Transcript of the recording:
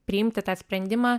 priimti tą sprendimą